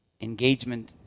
engagement